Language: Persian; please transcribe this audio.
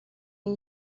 این